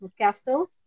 castles